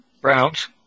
Browns